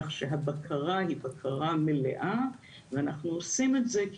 כך שהבקרה היא בקרה מלאה ואנחנו עושים את זה כי